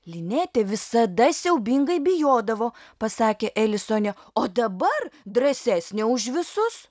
linetė visada siaubingai bijodavo pasakė elisonė o dabar drąsesnė už visus